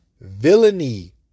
villainy